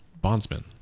bondsmen